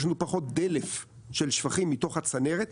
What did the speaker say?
יש לנו פחות דלף של שפכים מתוך הצנרת,